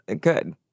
good